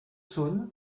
saône